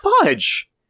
fudge